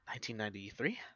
1993